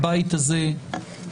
על סדר-היום: הצעה לדיון מהיר בנושא: